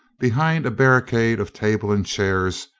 be hind a barricade of table and chairs,